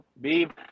Beep